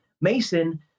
Mason